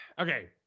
Okay